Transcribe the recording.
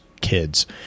kids